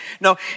No